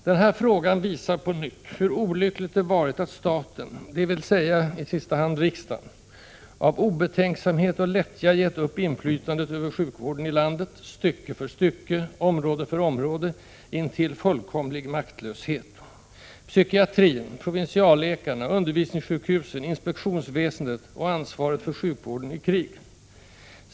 Den här frågan visar på nytt hur olyckligt det varit att ”staten”, dvs. i sista hand riksdagen, av obetänksamhet och lättja gett upp inflytandet över sjukvården i landet, stycke för stycke, område för område, intill fullkomlig maktlöshet: psykiatrin, provinsialläkarna, undervisningssjukhusen, inspektionsväsendet och ansvaret för sjukvården i krig.